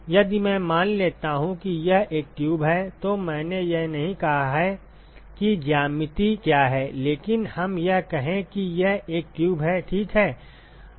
यदि मैं मान लेता हूँ कि यह एक ट्यूब है तो मैंने यह नहीं कहा है कि ज्यामिति क्या है लेकिन हम यह कहें कि यह एक ट्यूब है ठीक है